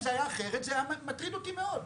אם זה היה אחרת זה היה מטריד אותי מאוד.